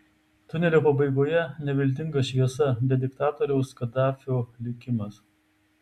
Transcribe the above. tunelio pabaigoje ne viltinga šviesa bet diktatoriaus kadafio likimas